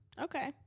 Okay